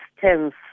tense